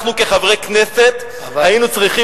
אנחנו, כחברי הכנסת, היינו צריכים